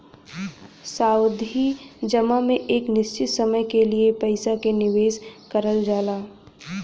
सावधि जमा में एक निश्चित समय के लिए पइसा क निवेश करल जाला